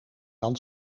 dan